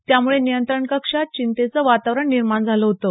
त्यामुळे नियंत्रण कक्षात चिंतेचं वातावरण निर्माण झालं होतं